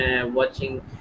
watching